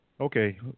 Okay